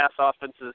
offenses